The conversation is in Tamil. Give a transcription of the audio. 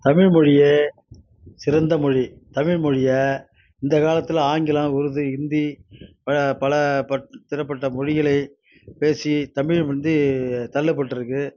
தமிழ் மொழியே சிறந்த மொழி தமிழ் மொழியை இந்த காலத்தில் ஆங்கிலம் உருது ஹிந்தி பல பல பிறப்பட்ட மொழிகளை பேசி தமிழ் வந்து தள்ளப்பற்றுக்குது